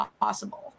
possible